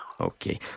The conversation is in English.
Okay